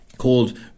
called